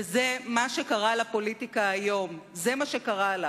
וזה מה שקרה לפוליטיקה היום, זה מה שקרה לה.